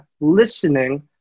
listening